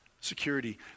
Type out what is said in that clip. security